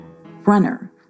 Runner